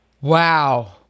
Wow